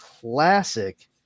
classic